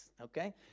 Okay